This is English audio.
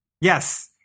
Yes